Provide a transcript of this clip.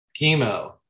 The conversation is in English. chemo